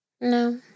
No